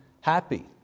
happy